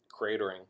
cratering